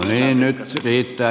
no niin nyt riittää